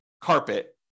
carpet